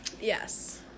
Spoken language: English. Yes